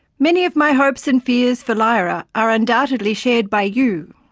many of my hopes and fears for lyra are undoubtedly shared by you.